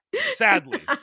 sadly